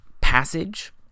passage